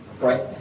right